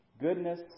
Goodness